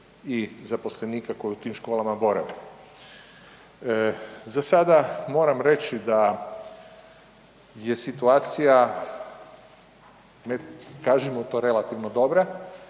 i zaposlenika koji u tim školama borave. Za sada moram reći da je situacija, kažimo to relativno dobra,